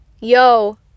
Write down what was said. Yo